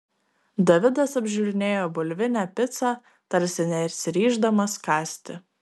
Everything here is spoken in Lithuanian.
davidas apžiūrinėjo bulvinę picą tarsi nesiryždamas kąsti